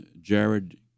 Jared